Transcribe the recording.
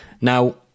Now